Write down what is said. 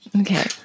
Okay